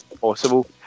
possible